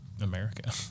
America